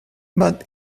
but